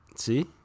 See